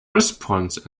response